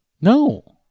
No